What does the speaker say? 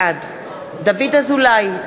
בעד דוד אזולאי,